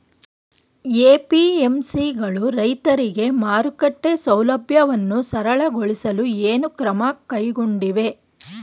APMC ಗಳು ರೈತರಿಗೆ ಮಾರುಕಟ್ಟೆ ಸೌಲಭ್ಯವನ್ನು ಸರಳಗೊಳಿಸಲು ಏನು ಕ್ರಮ ಕೈಗೊಂಡಿವೆ?